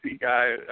guy